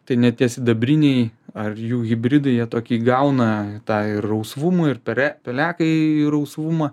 tai ne tie sidabriniai ar jų hibridai jie tokį įgauna tą ir rausvumą ir pere pelekai rausvumą